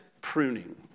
pruning